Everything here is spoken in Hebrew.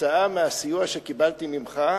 כתוצאה מהסיוע שקיבלתי ממך,